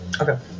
Okay